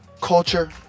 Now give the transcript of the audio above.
culture